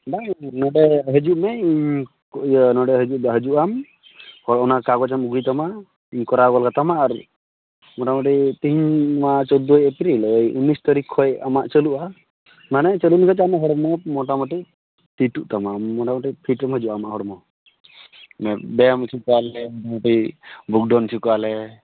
ᱵᱟᱝ ᱱᱚᱸᱰᱮ ᱦᱤᱡᱩᱜ ᱢᱮ ᱤᱧ ᱤᱭᱟᱹ ᱱᱚᱸᱰᱮ ᱦᱤᱡᱩᱜ ᱫᱚ ᱦᱤᱡᱩᱜ ᱟᱢ ᱦᱳᱭ ᱚᱱᱟ ᱠᱟᱜᱚᱡᱮᱢ ᱟᱹᱜᱩᱭ ᱛᱟᱢᱟ ᱤᱧ ᱠᱚᱨᱟᱣ ᱜᱚᱫ ᱠᱟᱛᱟᱢᱟ ᱟᱨ ᱢᱚᱴᱟᱢᱩᱴᱤ ᱛᱤᱦᱤᱧ ᱢᱟ ᱪᱳᱫᱽᱫᱳᱭ ᱮᱯᱨᱤᱞ ᱳᱭ ᱩᱱᱤᱥ ᱛᱟᱹᱨᱤᱠ ᱠᱷᱚᱱ ᱟᱢᱟᱜ ᱪᱟᱹᱞᱩᱜᱼᱟ ᱢᱟᱱᱮ ᱪᱟᱹᱞᱩ ᱞᱮᱱᱠᱷᱟᱱ ᱟᱢᱟᱜ ᱦᱚᱲᱢᱚ ᱢᱚᱴᱟᱢᱩᱴᱤ ᱯᱷᱤᱴᱚᱜ ᱛᱟᱢᱟ ᱟᱢ ᱢᱚᱴᱟᱢᱩᱴᱤ ᱯᱷᱤᱴᱮᱢ ᱦᱤᱡᱩᱜᱼᱟ ᱟᱢᱟᱜ ᱦᱚᱲᱢᱚ ᱵᱮᱭᱟᱢ ᱚᱪᱚ ᱠᱚᱣᱟᱞᱮ ᱢᱚᱴᱟᱢᱩᱴᱤ ᱵᱩᱠᱰᱚᱱ ᱚᱪᱚ ᱠᱚᱣᱟ ᱞᱮ